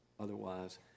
Otherwise